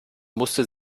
musste